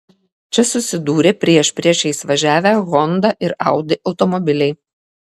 čia susidūrė priešpriešiais važiavę honda ir audi automobiliai